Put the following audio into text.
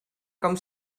com